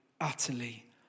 utterly